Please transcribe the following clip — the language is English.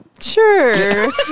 sure